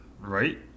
right